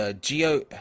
Geo –